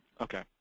Okay